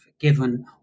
forgiven